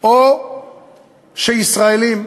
או ישראלים?